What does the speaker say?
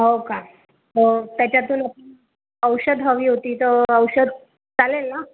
हो का हो त्याच्यातून औषध हवी होती तर औषध चालेल ना